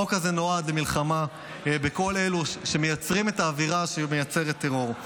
החוק הזה נועד למלחמה בכל אלה שמייצרים את האווירה שמייצרת טרור.